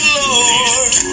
Lord